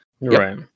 right